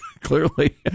Clearly